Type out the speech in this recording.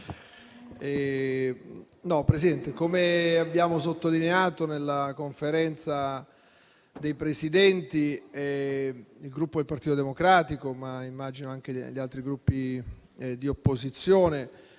Come abbiamo sottolineato nella Conferenza dei Capigruppo, il Gruppo Partito Democratico, ma immagino anche gli altri Gruppi di opposizione,